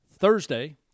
Thursday